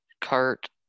cart